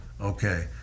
Okay